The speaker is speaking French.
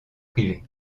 privés